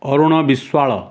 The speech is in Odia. ଅରୁଣ ବିଶ୍ୱାଳ